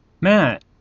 Matt